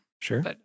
Sure